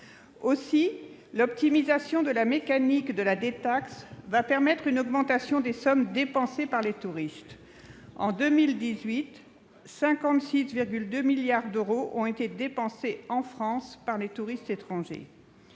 Aussi l'optimisation du mécanisme de la détaxe va-t-elle permettre une augmentation des sommes dépensées par les touristes. En 2018, près de 56,2 milliards d'euros ont été dépensés en France par les touristes étrangers.